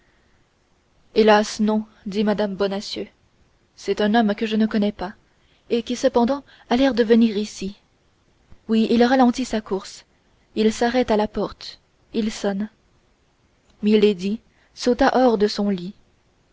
hélas non dit mme bonacieux c'est un homme que je ne connais pas et qui cependant a l'air de venir ici oui il ralentit sa course il s'arrête à la porte il sonne milady sauta hors de son lit